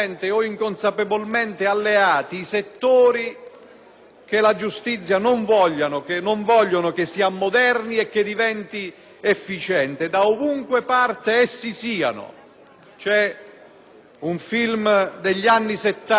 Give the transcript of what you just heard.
che la giustizia si ammoderni e che diventi efficiente, di qualunque parte essi siano. C'è un film degli anni Settanta, il protagonista principale è Alberto Sordi,